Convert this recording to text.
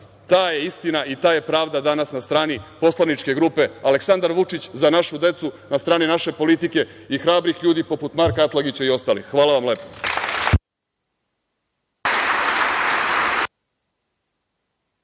Ta je istina i ta je pravda danas na strani poslaničke grupe Aleksandar Vučić – Za našu decu, na strani naše politike i hrabrih ljudi poput Marka Atlagića i ostalih. Hvala vam lepo.